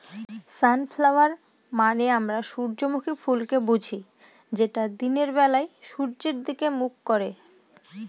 sunflower মানে আমরা সূর্যমুখী ফুলকে বুঝি যেটা দিনের বেলা সূর্যের দিকে মুখ করে